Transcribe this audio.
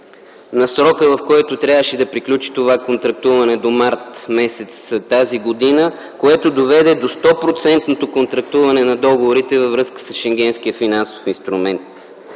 на срока, в който трябваше да приключи това контрактуване – до м. март т.г., който доведе до 100-процентното контрактуване на договорите във връзка с Шенгенския финансов инструмент.